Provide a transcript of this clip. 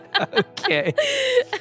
Okay